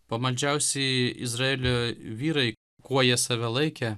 pamaldžiausi izraelio vyrai kuo jie save laikė